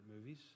movies